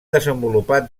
desenvolupat